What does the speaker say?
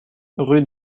rue